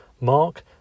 Mark